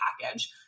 package